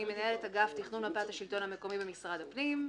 אני מנהלת אגף תכנון מפת השלטון המקומי במשרד הפנים.